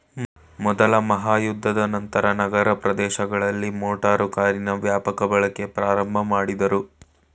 ಮೊದ್ಲ ಮಹಾಯುದ್ಧದ ನಂತ್ರ ನಗರ ಪ್ರದೇಶಗಳಲ್ಲಿ ಮೋಟಾರು ಕಾರಿನ ವ್ಯಾಪಕ ಬಳಕೆ ಪ್ರಾರಂಭಮಾಡುದ್ರು